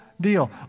deal